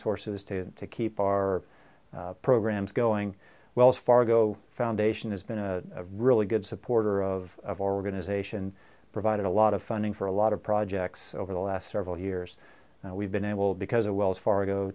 sources to keep our programs going wells fargo foundation has been a really good supporter of organization and provided a lot of funding for a lot of projects over the last several years we've been able because of wells fargo